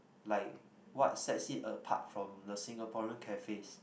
like what sets it apart from the Singaporean cafes